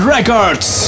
Records